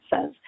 says